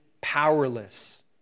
powerless